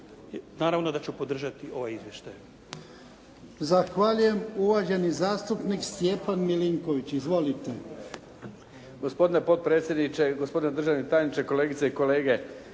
Naravno da ću podržati ovaj izvještaj.